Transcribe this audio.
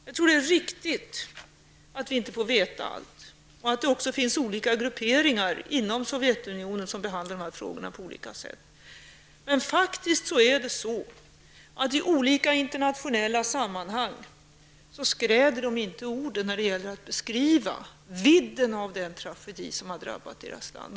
Jag tror att det är riktigt att vi inte får veta allt och att det även finns olika grupperingar inom Sovejtunionen som behandlar de här frågorna på olika sätt. Men i olika internationella sammanhang skräder de faktiskt inte orden när det gäller att beskriva vidden av den tragedi som har drabbat deras land.